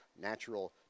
natural